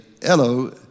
hello